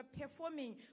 performing